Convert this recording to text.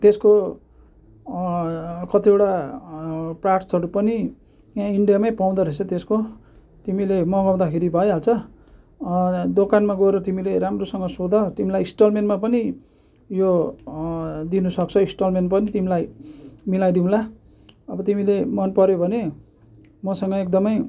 त्यसको कतिवटा पार्स्ट्सहरू पनि यहाँ इन्ड्यामै पाउँद रहेछ त्यसको तिमीले मगाउँदाखेरि भइहाल्छ दोकानमा गएर तिमीले राम्रोसँग सोध तिमीलाई इन्सटलमेन्टमा पनि यो दिनु सक्छ इन्सटलमेन्ट पनि तिमीलाई मिलाई दिउँला अब तिमीले मन पर्यो भने मसँग एकदमै